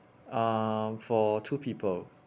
um for two people